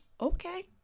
okay